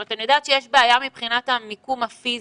אני יודעת שיש בעיה מבחינת המיקום הפיזי.